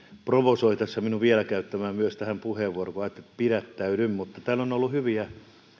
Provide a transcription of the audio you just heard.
provo soi tässä minua vielä käyttämään myös tähän puheenvuoron vaikka ajattelin että pidättäydyn täällä on on ollut hyviä